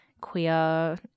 queer